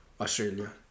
australia